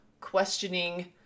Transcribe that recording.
questioning